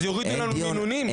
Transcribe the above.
אז יורידו לנו מינונים,